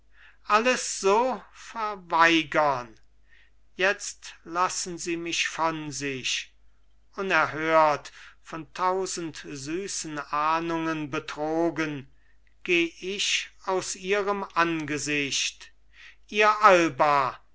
alles so verweigern jetzt lassen sie mich von sich unerhört von tausend süßen ahndungen betrogen geh ich aus ihrem angesicht ihr alba